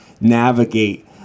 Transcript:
navigate